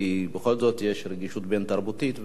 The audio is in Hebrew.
כי בכל זאת יש רגישות בין-תרבותית,